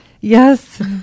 Yes